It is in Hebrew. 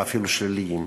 ואפילו שליליים.